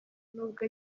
n’ubwo